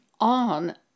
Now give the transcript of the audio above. on